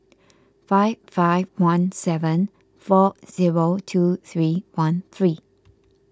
five five one seven four zero two three one three